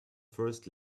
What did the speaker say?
first